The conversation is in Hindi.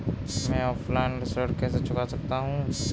मैं ऑफलाइन ऋण कैसे चुका सकता हूँ?